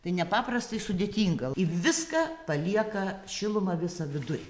tai nepaprastai sudėtinga ji viską palieka šilumą visą viduj